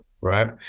right